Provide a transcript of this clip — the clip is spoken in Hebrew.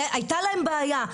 הייתה להם בעיה.